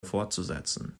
fortzusetzen